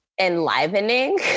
enlivening